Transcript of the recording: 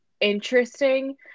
interesting